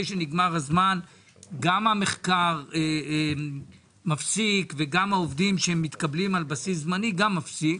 שנגמר הזמן גם המחקר מפסיק וגם העובדים שמתקבלים על בסיס זמני מפסיקים